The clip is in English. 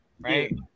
right